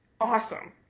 awesome